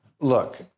look